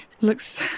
looks